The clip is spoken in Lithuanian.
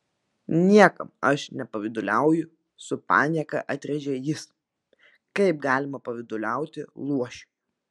niekam aš nepavyduliauju su panieka atrėžė jis kaip galima pavyduliauti luošiui